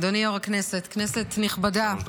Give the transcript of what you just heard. שלוש דקות,